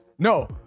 No